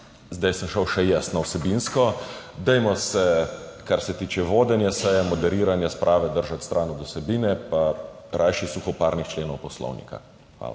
zdaj sem šel še jaz na vsebinsko. Dajmo se, kar se tiče vodenja seje, moderiranja sprave, držati stran od vsebine, pa rajši suhoparnih členov Poslovnika. Hvala.